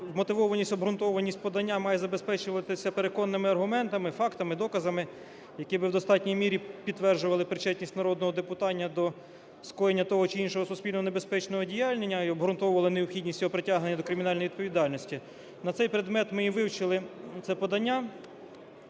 вмотивованість, обґрунтованість подання має забезпечуватися переконаними аргументами, фактами, доказами, які би в достатній мірі підтверджували причетність народного депутата до скоєння того чи іншого суспільно небезпечного діяння і обґрунтовували необхідність його притягнення до кримінальної відповідальності. На цей предмет ми і вивчили це подання.